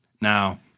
Now